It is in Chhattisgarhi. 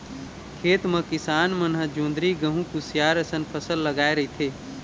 खेत म किसान मन ह जोंधरी, गहूँ, कुसियार असन फसल लगाए रहिथे